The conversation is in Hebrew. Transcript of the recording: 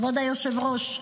כבוד היושב-ראש,